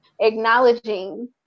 acknowledging